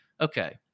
okay